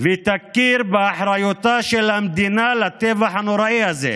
ותכיר באחריותה של המדינה לטבח הנוראי הזה,